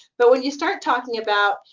but when you start talking about,